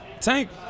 Tank